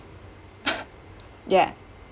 ya